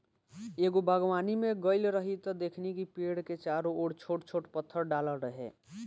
एगो बागवानी में गइल रही त देखनी कि पेड़ के चारो ओर छोट छोट पत्थर डालल रहे